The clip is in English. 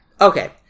Okay